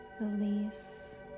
release